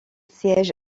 siège